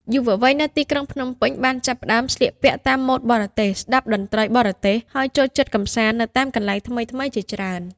យុវវ័យនៅទីក្រុងភ្នំពេញបានចាប់ផ្តើមស្លៀកពាក់តាមម៉ូដបរទេស ស្តាប់តន្ត្រីបរទេស ហើយចូលចិត្តកម្សាន្តនៅតាមកន្លែងថ្មីៗជាច្រើន។